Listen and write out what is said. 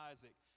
Isaac